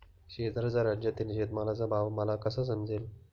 शेजारच्या राज्यातील शेतमालाचा भाव मला कसा समजेल?